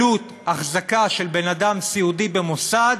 עלות החזקה של בן-אדם סיעודי במוסד,